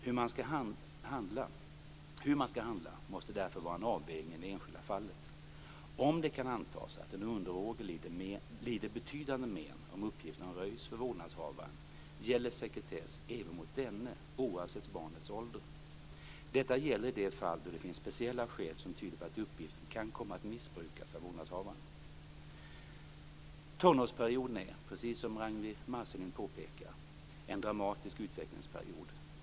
Hur man skall handla måste därför vara en avvägning i det enskilda fallet. Om det kan antas att den underårige lider betydande men om uppgiften röjs för vårdnadshavaren gäller sekretess även mot denne oavsett barnets ålder. Detta gäller i det fall då det finns speciella skäl som tyder på att uppgiften kan komma att missbrukas av vårdnadshavaren. Tonårsperioden är, precis som Ragnwi Marcelind påpekar, en dramatisk utvecklingsperiod.